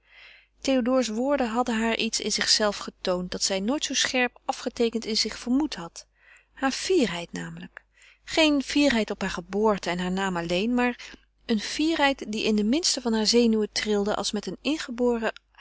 théodore's woorden hadden haar iets in zichzelve getoond dat zij nooit zoo scherp afgeteekend in zich vermoed had hare fierheid namelijk geen fierheid op haar geboorte en haar naam alleen maar een fierheid die in de minste harer zenuwen trilde als met een ingeboren